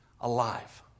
alive